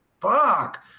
Fuck